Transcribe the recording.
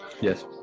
Yes